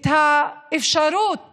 את האפשרות